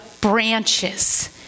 branches